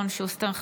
אלון שוסטר,